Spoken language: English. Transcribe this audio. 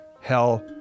hell